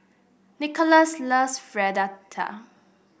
Nikolas loves Fritada